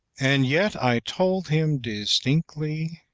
and yet i told him dis tinctly.